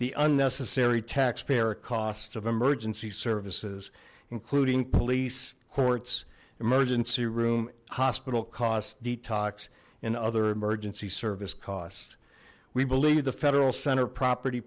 the unnecessary taxpayer costs of emergency services including police courts emergency room hospital costs detox and other emergency service costs we believe the federal center property